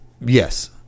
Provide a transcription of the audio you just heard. Yes